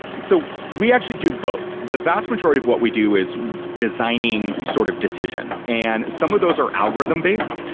so we actually do both. the vast majority of what we do is designing sort of decisions and some of those are algorithm based.